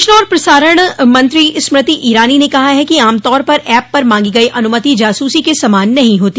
सूचना और प्रसारण मंत्री स्मृति ईरानी ने कहा है कि आमतौर पर ऐप पर मांगी गयी अनुमति जासूसी के समान नहीं होती